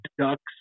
ducks